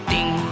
Ding